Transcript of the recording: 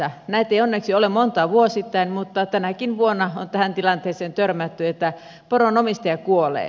näitä ei onneksi ole montaa vuosittain mutta tänäkin vuonna on tähän tilanteeseen törmätty että poronomistaja kuolee